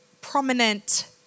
prominent